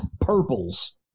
purples